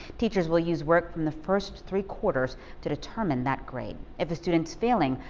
teachers will use work from the first three quarters to determine that grade if a student is failing,